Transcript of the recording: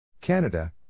Canada